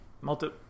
multi